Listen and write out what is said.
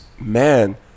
man